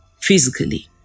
physically